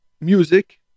music